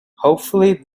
hopefully